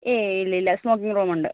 ഏയ് ഇല്ലില്ല സ്മോക്കിങ്ങ് റൂമുണ്ട്